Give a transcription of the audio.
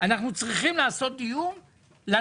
הוראת